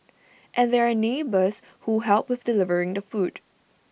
and there are neighbours who help with delivering the food